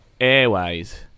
Airways